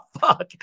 fuck